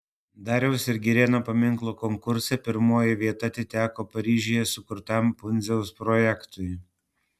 dariausi ir girėno paminklo konkurse pirmoji vieta atiteko paryžiuje sukurtam pundziaus projektui